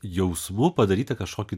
jausmu padarytą kažkokį